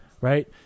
right